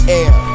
air